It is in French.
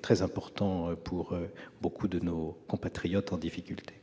très important pour nombre de nos compatriotes en difficulté.